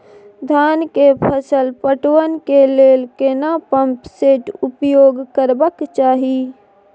धान के फसल पटवन के लेल केना पंप सेट उपयोग करबाक चाही?